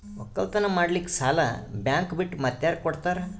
ಒಕ್ಕಲತನ ಮಾಡಲಿಕ್ಕಿ ಸಾಲಾ ಬ್ಯಾಂಕ ಬಿಟ್ಟ ಮಾತ್ಯಾರ ಕೊಡತಾರ?